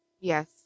Yes